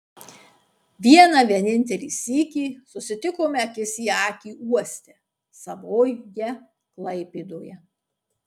vieną vienintelį sykį susitikome akis į akį uoste savoje klaipėdoje